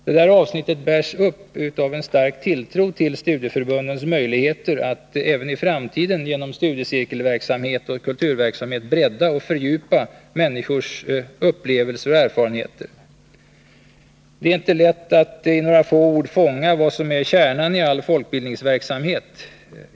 Detta avsnitt bärs upp av en stark tilltro till studieförbundens möjligheter att även i framtiden genom studiecirkelverksamhet och kulturverksamhet bredda och fördjupa människors upplevelser och erfarenheter. Det är inte lätt att i några få ord fånga vad som är kärnan i all folkbildningsverksamhet.